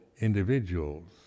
individuals